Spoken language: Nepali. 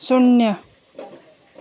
शून्य